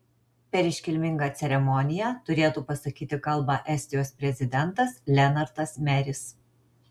per iškilmingą ceremoniją turėtų pasakyti kalbą estijos prezidentas lenartas meris